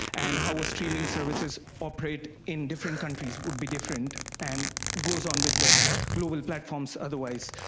and how ah streaming services operating in different countries would be different, and goes on with the global platforms otherwise.